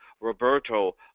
Roberto